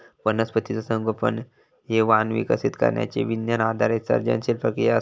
वनस्पतीचा संगोपन हे वाण विकसित करण्यची विज्ञान आधारित सर्जनशील प्रक्रिया असा